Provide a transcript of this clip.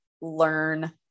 learn